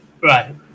Right